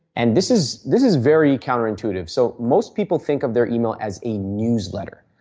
and this is this is very counter intuitive, so most people think of their email as a newsletter.